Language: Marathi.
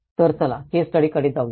तर चला केस स्टडीकडे जाऊया